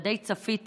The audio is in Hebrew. ודי צפיתי